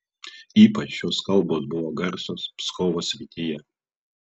ypač šios kalbos buvo garsios pskovo srityje